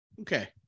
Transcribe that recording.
Okay